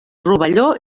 rovelló